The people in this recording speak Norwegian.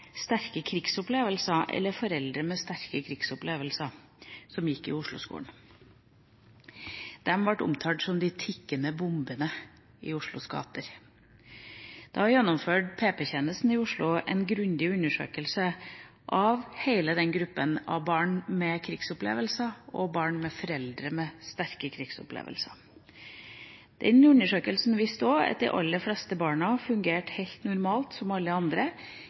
sterke krigsopplevelser eller barn av foreldre med sterke krigsopplevelser. De ble omtalt som de «tikkende bombene» i Oslos gater. Da gjennomførte PP-tjenesten i Oslo en grundig undersøkelse av hele gruppa av barn med krigsopplevelser og barn av foreldre med sterke krigsopplevelser. Den undersøkelsen viste også at de aller fleste barna fungerte helt normalt som alle andre,